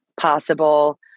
possible